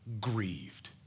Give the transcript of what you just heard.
grieved